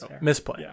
misplay